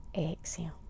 exhale